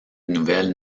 nouvelles